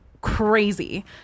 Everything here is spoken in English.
crazy